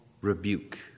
rebuke